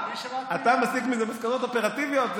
אתה מסיק מזה מסקנות אופרטיביות.